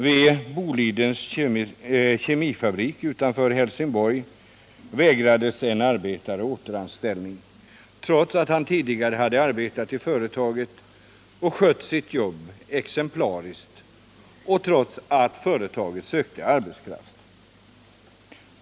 Vid Bolidens kemifabrik utanför Helsingborg vägrades en arbetare återanställning, trots att han tidigare skött sitt jobb exemplariskt och trots att företaget sökte arbetskraft.